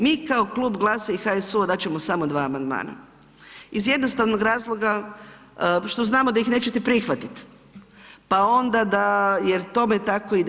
Mi kao Klub GLAS-a i HSU-a, dat ćemo samo 2 amandmana iz jednostavnog razloga što znamo da ih nećemo prihvatiti pa onda da, jer tome tako ide.